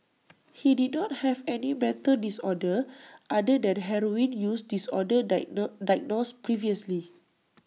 he did not have any mental disorder other than heroin use disorder diagnosed previously